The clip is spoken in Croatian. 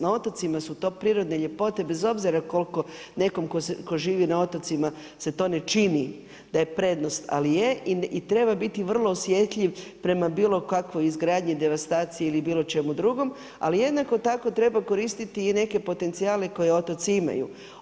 Na otocima su to prirodne ljepote bez obzira koliko nekom tko živi na otocima se to ne čini da je prednost, ali je i treba biti osjetljiv prema bilo kakvoj izgradnji, devastaciji ili bilo čemu drugom, ali jednako tako treba koristiti i neke potencijale koji otoci imaju.